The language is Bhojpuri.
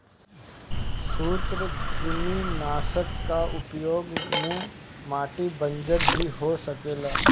सूत्रकृमिनाशक कअ उपयोग से माटी बंजर भी हो सकेला